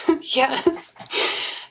Yes